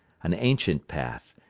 an ancient path,